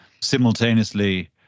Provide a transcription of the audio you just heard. simultaneously